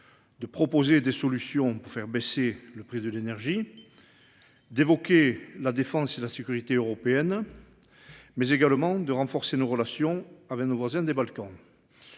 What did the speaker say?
De proposer des solutions pour faire baisser le prix de l'énergie. D'évoquer la défense et la sécurité européenne. Mais également, de renforcer nos relations avec nos voisins des Balkans.